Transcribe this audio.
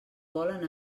volen